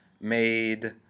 made